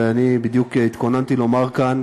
ואני בדיוק התכוננתי לומר כאן